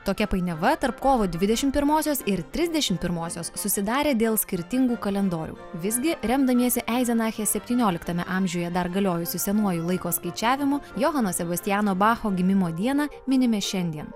tokia painiava tarp kovo dvidešimt pirmosios ir trisdešimt pirmosios susidarė dėl skirtingų kalendorių visgi remdamiesi eizenachės septynioliktame amžiuje dar galiojusiu senuoju laiko skaičiavimu johano sebastiano bacho gimimo dieną minime šiandien